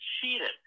cheated